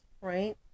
right